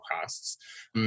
costs